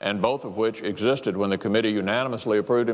and both of which existed when the committee unanimously appro